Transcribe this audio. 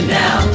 now